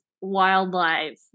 wildlife